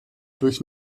durch